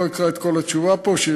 לא אקרא פה את כל התשובה שהכינו.